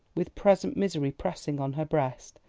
with present misery pressing on her breast,